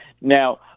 Now